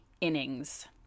innings